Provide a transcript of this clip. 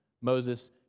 Moses